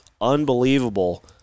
unbelievable